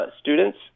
students